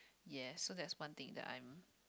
yes so that's one thing that I'm